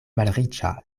malriĉa